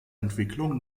entwicklung